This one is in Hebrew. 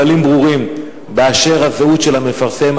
ולקבוע לגביהן כללים ברורים באשר לזהות המפרסם,